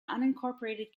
unincorporated